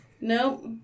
Nope